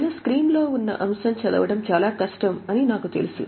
పైన స్క్రీన్ లో ఉన్న అంశం చదవడం చాలా కష్టం అని నాకు తెలుసు